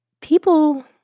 people